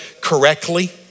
correctly